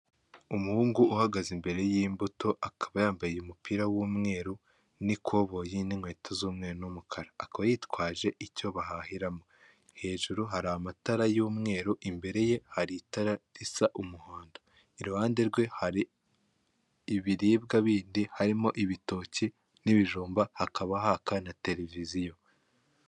Ifoto y'umugabo wafotorewe hagati mubantu w'umuyobozi wambaye kositimu ufite na marineti arebye hirya.